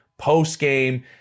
postgame